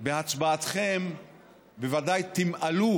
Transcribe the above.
בהצבעתכם בוודאי תמעלו,